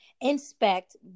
inspect